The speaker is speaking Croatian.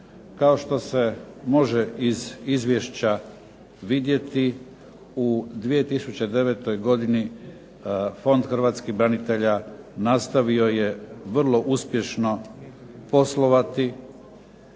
Kao što se može iz izvješća vidjeti u 2009. godini Fond hrvatskih branitelja nastavio je vrlo uspješno poslovati